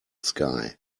sky